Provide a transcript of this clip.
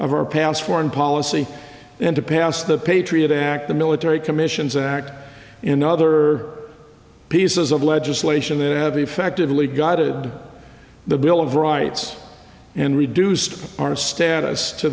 of our past foreign policy and to pass the patriot act the military commissions act in other pieces of legislation that have effectively guided the bill of rights and reduced our status to